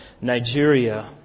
Nigeria